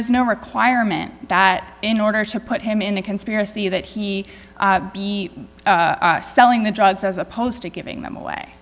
is no requirement that in order to put him in a conspiracy that he be selling the drugs as opposed to giving them away